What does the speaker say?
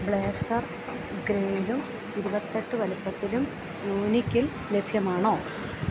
blazer ഗ്രേയിലും ഇരുപത്തെട്ട് വലുപ്പത്തിലും വൂനിക്കിൽ ലഭ്യമാണോ